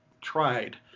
tried